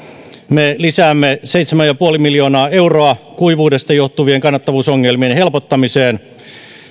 me lisäämme seitsemän pilkku viisi miljoonaa euroa kuivuudesta johtuvien kannattavuusongelmien helpottamiseen